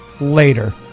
Later